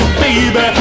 baby